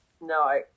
No